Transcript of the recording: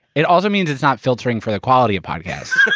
it also means it's not filtering for the quality of podcasts.